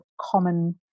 common